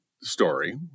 story